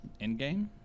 Endgame